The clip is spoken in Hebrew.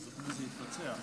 זאת אומרת, זה התבצע?